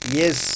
yes